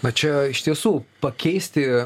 na čia iš tiesų pakeisti